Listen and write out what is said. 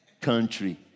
country